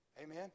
Amen